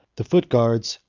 the foot guards,